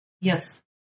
Yes